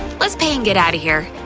let's pay and get outta here.